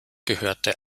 gehörte